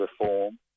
reform